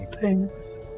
Thanks